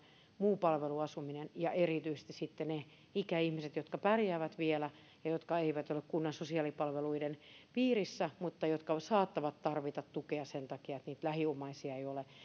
muu palveluasuminen järjestetään ja erityisesti ne ikäihmiset jotka pärjäävät vielä ja jotka eivät ole kunnan sosiaalipalveluiden piirissä mutta jotka saattavat tarvita tukea sen takia että lähiomaisia ei ole